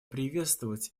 приветствовать